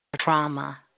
trauma